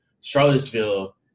Charlottesville